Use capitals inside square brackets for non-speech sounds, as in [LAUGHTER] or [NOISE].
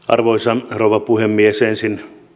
[UNINTELLIGIBLE] arvoisa rouva puhemies ensin